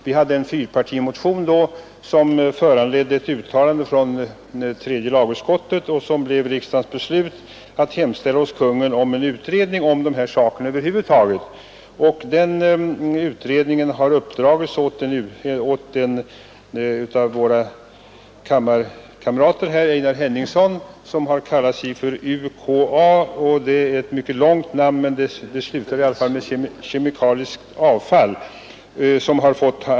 Vi hade då en fyrpartimotion som föranledde ett uttalande av tredje lagutskottet, och det blev riksdagens beslut att hemställa hos Kungl. Maj:t om en utredning om de här sakerna över huvud taget. Den utredningen har uppdragits åt en av våra kammarkamrater, Einar Henningsson, som har kallat sig UKA; utredningens namn är egentligen mycket långt och slutar med ”kemiskt avfall”.